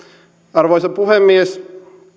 arvoisa puhemies